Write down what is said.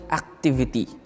activity